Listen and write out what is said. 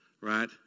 right